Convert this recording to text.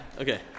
Okay